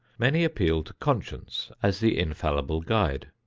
many appeal to conscience as the infallible guide.